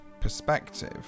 perspective